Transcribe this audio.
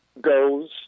goes